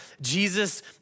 Jesus